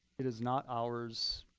it is not ours.